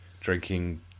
Drinking